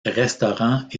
restaurant